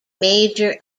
major